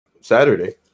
Saturday